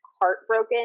heartbroken